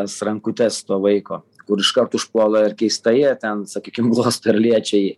tas rankutes to vaiko kur iškart užpuola ir keistai ar ten sakykim glosto ir liečia jį